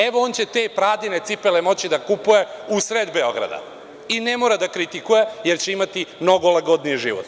Evo, on će te „Pradine“ cipele moći da kupuje u sred Beograda i ne mora da kritikuje, jer će imati mnogo lagodniji život.